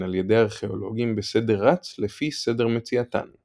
על ידי הארכאולוגים בסדר רץ לפי סדר מציאתן;